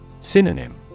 Synonym